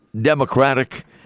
Democratic